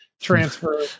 transfer